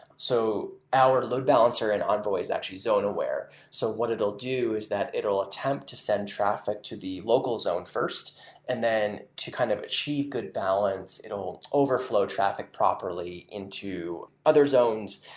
so our load balancer in envoy is actually zone-aware. so what it will do is that it will attempt to send traffic to the local zone first and then to kind of achieve good balance, it will overflow traffic properly into other zones.